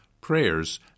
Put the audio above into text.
prayers